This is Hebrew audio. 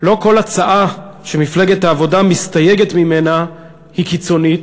לא כל הצעה שמפלגת העבודה מסתייגת ממנה היא קיצונית,